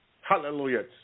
hallelujah